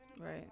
Right